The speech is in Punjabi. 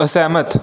ਅਸਹਿਮਤ